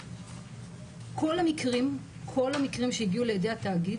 כל המקרים שהגיעו לידי התאגיד